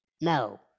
No